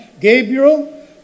Gabriel